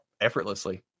effortlessly